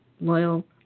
loyal